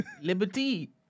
Liberty